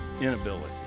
inability